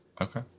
okay